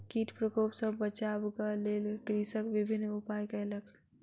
कीट प्रकोप सॅ बचाबक लेल कृषक विभिन्न उपाय कयलक